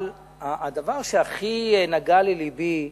אבל הדבר שהכי נגע ללבי,